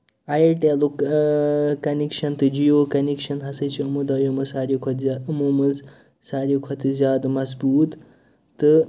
اَیرٹیٚلُک connection تہٕ Jio connection ہسا چھِ یِمو دۅیو منٛز سارِوٕے کھۄتہٕ زیادٕ یِمو منٛز سارِوٕے کھۄتہٕ زیادٕ مَضبوٗط تہٕ